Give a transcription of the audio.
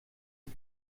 das